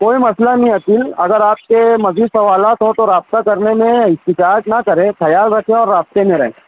کوئی مسئلہ نہیں عقیل اگر آپ کے مزید سوالات ہوں تو رابطہ کرنے میں ہچکچاہٹ نہ کریں خیال رکھیں اور رابطے میں رہیں